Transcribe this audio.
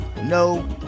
No